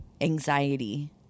Anxiety